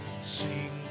sing